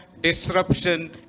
disruption